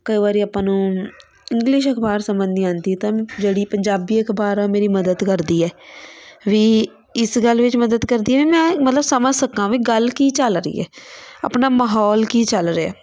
ਕਈ ਵਾਰੀ ਆਪਾਂ ਨੂੰ ਇੰਗਲਿਸ਼ ਅਖਬਾਰ ਸਮਝ ਨਹੀਂ ਆਉਂਦੀ ਤਾਂ ਜਿਹੜੀ ਪੰਜਾਬੀ ਅਖਬਾਰ ਆ ਉਹ ਮੇਰੀ ਮਦਦ ਕਰਦੀ ਹੈ ਵੀ ਇਸ ਗੱਲ ਵਿੱਚ ਮਦਦ ਕਰਦੀ ਮੈਂ ਮਤਲਬ ਸਮਝ ਸਕਾਂ ਵੀ ਗੱਲ ਕੀ ਚੱਲ ਰਹੀ ਹੈ ਆਪਣਾ ਮਾਹੌਲ ਕੀ ਚੱਲ ਰਿਹਾ